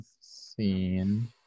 seen